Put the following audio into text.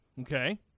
Okay